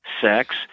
sex